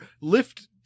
lift